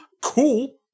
cool